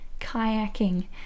kayaking